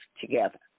together